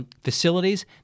Facilities